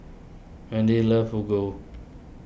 Wendel loves Fugu